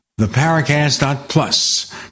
theparacast.plus